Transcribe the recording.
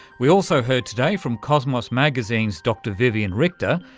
we also heard today from cosmos magazine's dr viviane richter,